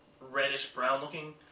reddish-brown-looking